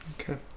okay